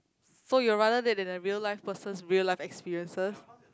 so you rather dead than a real life person's real life experiences